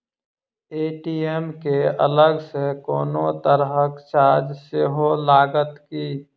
ATM केँ अलग सँ कोनो तरहक चार्ज सेहो लागत की?